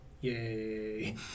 Yay